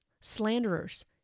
slanderers